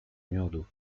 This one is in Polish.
miodów